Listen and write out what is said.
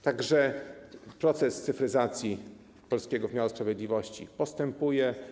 Tak że proces cyfryzacji polskiego wymiaru sprawiedliwości postępuje.